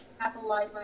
capitalize